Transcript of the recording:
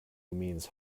means